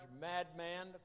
madman